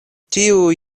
tiu